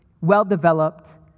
well-developed